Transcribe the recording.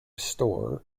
store